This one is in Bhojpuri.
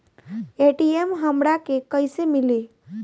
ए.टी.एम हमरा के कइसे मिली?